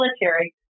military